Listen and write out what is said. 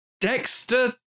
Dexter